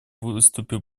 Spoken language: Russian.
выступил